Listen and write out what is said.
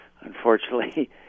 unfortunately